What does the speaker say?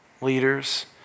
leaders